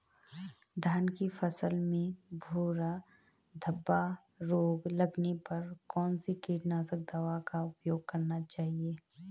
धान की फसल में भूरा धब्बा रोग लगने पर कौन सी कीटनाशक दवा का उपयोग करना चाहिए?